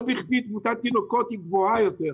לא בכדי תמותת תינוקות היא גבוהה יותר,